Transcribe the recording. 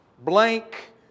blank